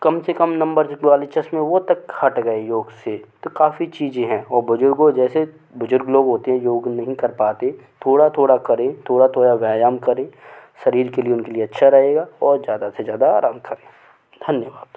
कम से कम नम्बर वाली चश्में वो तक हट गए योग से तो काफ़ी चीज़ें हैं और बुज़ुर्गों जैसे बुज़ुर्ग लोग होते हैं योग नहीं कर पाते थोड़ा थोड़ा करें थोड़ा थोड़ा व्यायाम करें शरीर के लिए उनके लिए अच्छा रहेगा और ज़्यादा से ज़्यादा आराम करें धन्यवाद